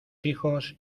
hijos